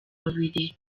babiri